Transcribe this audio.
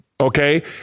Okay